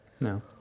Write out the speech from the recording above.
No